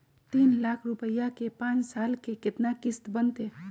तीन लाख रुपया के पाँच साल के केतना किस्त बनतै?